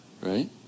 Right